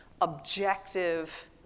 objective